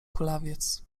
kulawiec